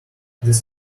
this